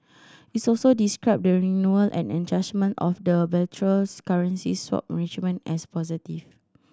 it's also described the renewal and enhancement of the bilateral currency swap arrangement as positive